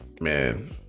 Man